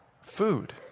food